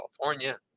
california